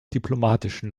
diplomatischen